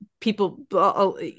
people